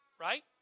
right